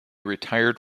retired